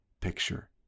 picture